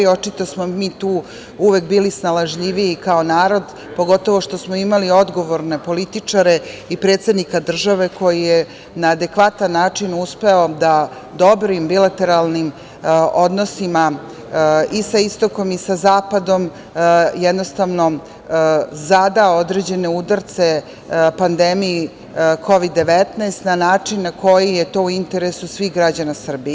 Očito smo mi tu uvek bili snalažljiviji kao narod, pogotovo što smo imali odgovorne političare i predsednika države koji je na adekvatan način uspeo da dobrim bilateralnim odnosima i sa istokom i sa zapadom jednostavno zada određene udarce pandemiji Kovid-19 na način na koji je to u interesu svih građana Srbije.